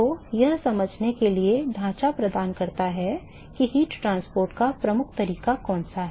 तो यह समझने के लिए ढांचा प्रदान करता है कि ऊष्मा परिवहन का प्रमुख तरीका कौन सा है